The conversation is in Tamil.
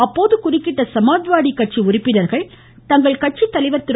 அப்போது குறுக்கிட்ட சமாஜ்வாடி கட்சி உறுப்பினர்கள் தங்கள் கட்சித்தலைவர் திரு